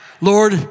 Lord